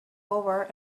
over